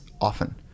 often